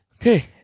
Okay